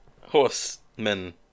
horsemen